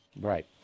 Right